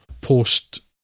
post